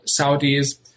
Saudis